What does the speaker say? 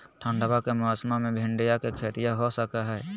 ठंडबा के मौसमा मे भिंडया के खेतीया हो सकये है?